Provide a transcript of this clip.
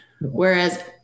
whereas